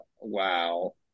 Wow